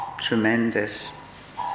Tremendous